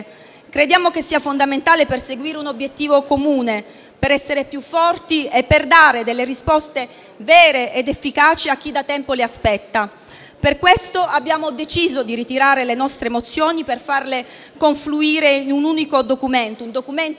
Crediamo che sia fondamentale perseguire un obiettivo comune, per essere più forti e per dare delle risposte vere ed efficaci a chi da tempo le aspetta. Per questo abbiamo deciso di ritirare le nostre mozioni, per farle confluire in un documento unitario,